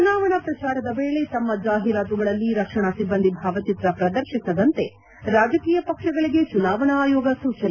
ಚುನಾವಣಾ ಪ್ರಚಾರದ ವೇಳೆ ತಮ್ನ ಜಾಹೀರಾತುಗಳಲ್ಲಿ ರಕ್ಷಣಾ ಸಿಬ್ಬಂದಿ ಭಾವಚಿತ್ರ ಪ್ರದರ್ಶಿಸದಂತೆ ರಾಜಕೀಯ ಪಕ್ಷಗಳಿಗೆ ಚುನಾವಣಾ ಆಯೋಗ ಸೂಚನೆ